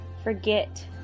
forget